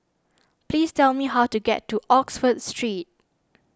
please tell me how to get to Oxford Street